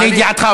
לידיעתך,